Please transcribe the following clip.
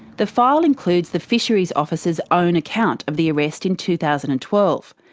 the file includes the fisheries officers' own account of the arrest in two thousand and twelve.